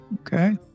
Okay